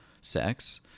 sex